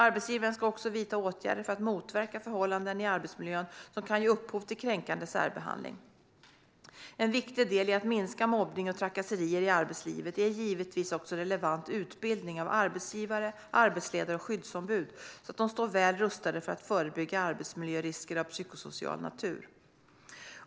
Arbetsgivaren ska också vidta åtgärder för att motverka förhållanden i arbetsmiljön som kan ge upphov till kränkande särbehandling. En viktig del i att minska mobbning och trakasserier i arbetslivet är givetvis också relevant utbildning av arbetsgivare, arbetsledare och skyddsombud, så att de står väl rustade för att förebygga arbetsmiljörisker av psykosocial natur.